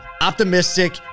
optimistic